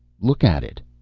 look at it!